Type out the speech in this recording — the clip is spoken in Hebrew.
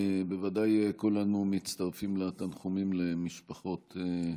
בוודאי כולנו מצטרפים לתנחומים למשפחות ההרוגות,